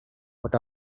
what